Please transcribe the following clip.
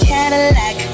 Cadillac